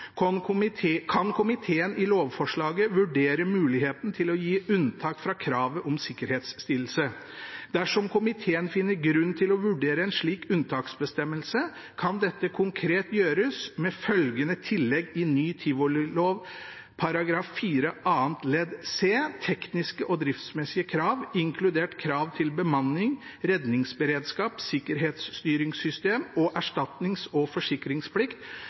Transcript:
kan komiteen i lovforslaget vurdere muligheten til å kunne gi unntak fra kravet til sikkerhetsstillelse. Dersom komiteen finner grunn til å vurdere en slik unntaksbestemmelse, kan dette konkret gjøres med følgende tillegg i ny tivolilov § 4 annet ledd c) tekniske og driftsmessige krav, inkludert krav til bemanning, redningsberedskap, sikkerhetsstyringssystem og erstatnings- og forsikringsplikt